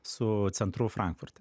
su centru frankfurte